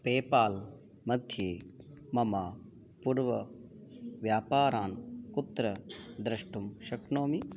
PayPal मध्ये मम पूर्वव्यापारान् कुत्र द्रष्टुं शक्नोमि